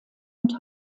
und